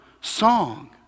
song